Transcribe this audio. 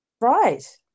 Right